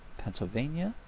pennsylvania